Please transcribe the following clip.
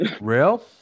real